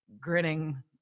grinning